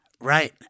Right